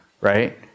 Right